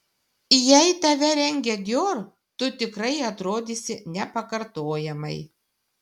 jei tave rengia dior tu tikrai atrodysi nepakartojamai